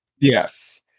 Yes